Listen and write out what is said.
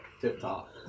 tip-top